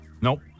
Nope